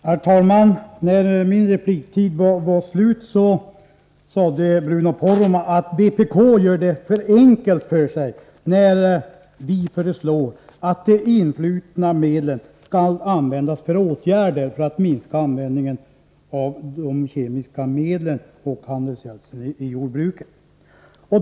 Herr talman! När min repliktid var slut, sade Bruno Poromaa att vpk gör det för enkelt för sig, när vi föreslår att de influtna medlen skall användas till åtgärder för att minska användningen av kemiska medel och handelsgödsel i jordbruket.